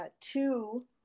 two